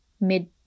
mid